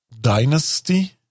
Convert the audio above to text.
Dynasty